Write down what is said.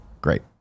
Great